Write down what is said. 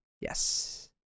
yes